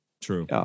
True